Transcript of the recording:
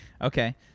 Okay